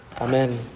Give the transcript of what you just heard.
Amen